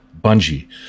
Bungie